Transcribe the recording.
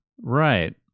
Right